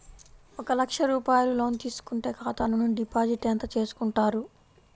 ఒక లక్ష రూపాయలు లోన్ తీసుకుంటే ఖాతా నుండి డిపాజిట్ ఎంత చేసుకుంటారు?